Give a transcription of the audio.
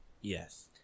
Yes